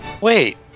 Wait